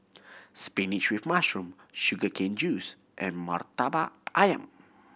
spinach with mushroom sugar cane juice and Murtabak Ayam